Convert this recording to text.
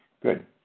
Good